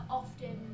often